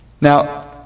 Now